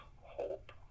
hope